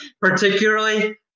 particularly